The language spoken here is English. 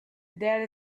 data